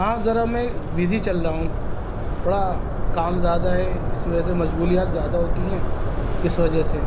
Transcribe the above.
ہاں ذرا میں بزی چل رہا ہوں تھوڑا کام زیادہ ہے اسی وجہ سے مشغولیات زیادہ ہوتی ہیں اس وجہ سے